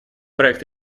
проект